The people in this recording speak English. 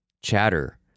chatter